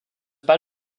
pas